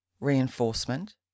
reinforcement